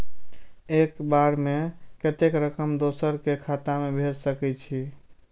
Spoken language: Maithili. एक बार में कतेक रकम दोसर के खाता में भेज सकेछी?